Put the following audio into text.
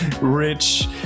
rich